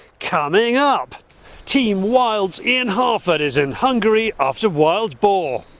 coming up team wild's ian harford is in hungary after wild boar.